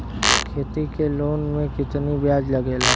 खेती के लोन में कितना ब्याज लगेला?